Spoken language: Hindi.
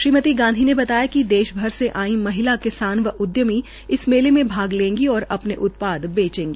श्रीमती गांधी ने बताया कि देश के आइ महिला किसान व उधमी इस मेले में भाग लेगी और अपने उत्पाद बेचेंगी